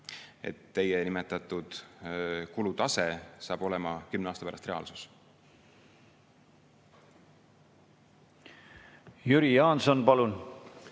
teie nimetatud kulutase on kümne aasta pärast reaalsus. Jüri Jaanson, palun!